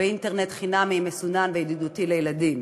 באינטרנט חינמי, מסונן וידידותי לילדים?